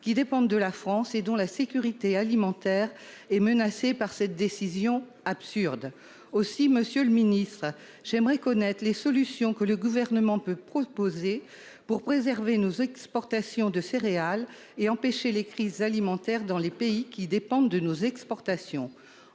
qui dépendent de la France et dont la sécurité alimentaire est menacée par cette décision absurde. Aussi, monsieur le ministre, j'aimerais connaître les solutions que le Gouvernement peut proposer pour préserver nos exportations de céréales et empêcher les crises alimentaires dans les pays qui dépendent de nos exportations.